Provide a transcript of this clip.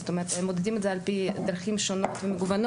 זאת אומרת מודדים את זה על פי דרכים שונות ומגוונות,